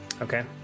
Okay